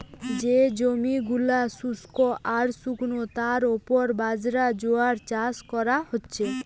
যে জমি গুলা শুস্ক আর শুকনো তার উপর বাজরা, জোয়ার চাষ কোরা হচ্ছে